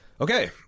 Okay